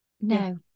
No